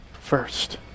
first